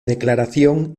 declaración